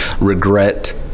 regret